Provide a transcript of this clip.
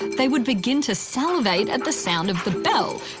they would begin to salivate at the sound of the bell,